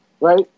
right